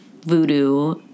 voodoo